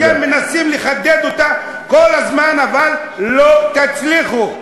אתם מנסים לחדד אותה כל הזמן, אבל לא תצליחו.